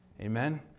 Amen